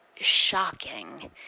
shocking